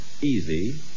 Easy